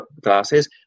glasses